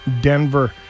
Denver